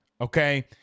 Okay